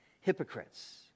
hypocrites